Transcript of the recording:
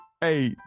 Hey